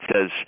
says